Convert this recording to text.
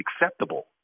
acceptable